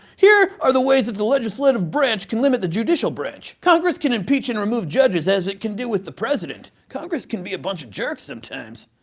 here are the ways that the legislative branch can limit the judicial branch congress can impeach and remove judges as it can do with the president. congress can be a bunch of jerks sometimes.